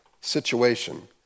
situation